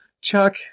Chuck